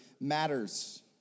matters